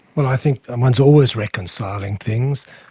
well i think one's always reconciling things,